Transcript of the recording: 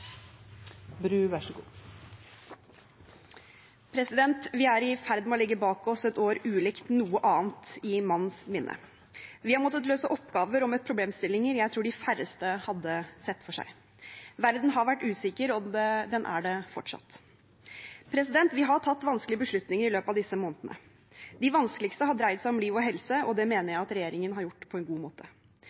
ferd med å legge bak oss et år ulikt noe annet i manns minne. Vi har måttet løse oppgaver og har møtt problemstillinger jeg tror de færreste hadde sett for seg. Verden har vært usikker, og den er det fortsatt. Vi har tatt vanskelige beslutninger i løpet av disse månedene. De vanskeligste har dreid seg om liv og helse, og det mener jeg at regjeringen har gjort på en god måte.